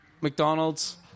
McDonald's